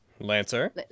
Lancer